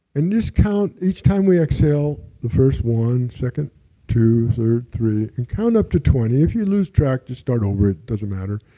and this count, each time we exhale, the first one second two, three, and count up to twenty. if you lose track just start over, it doesn't matter.